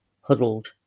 huddled